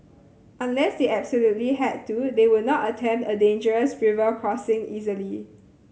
unless they absolutely had to they would not attempt a dangerous river crossing easily